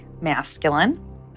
Masculine